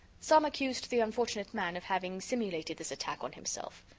some accused the unfortunate man of having simulated this attack on himself.